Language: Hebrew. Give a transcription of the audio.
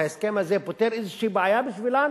ההסכם הזה פותר איזו בעיה בשבילן?